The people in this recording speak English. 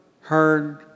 heard